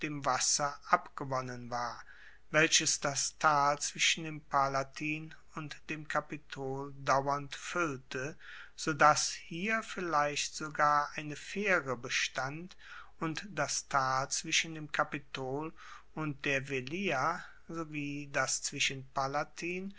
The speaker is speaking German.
wasser abgewonnen war welches das tal zwischen dem palatin und dem kapitol dauernd fuellte sodass hier vielleicht sogar eine faehre bestand und das tal zwischen dem kapitol und der velia sowie das zwischen palatin